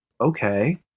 Okay